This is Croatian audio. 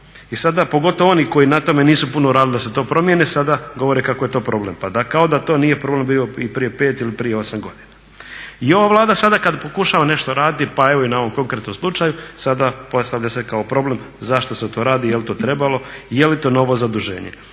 I sada pogotovo oni koji na tome nisu puno radili da se to promijeni, sada govore kako je to problem. Pa kao da to nije problem bio i prije 5 ili prije 8 godina. I ova Vlada sada kada pokušava nešto raditi, pa evo i na ovom konkretnom slučaju sada postavlja se kao problem zašto se to radi, je li to trebalo i je li to novo zaduženje.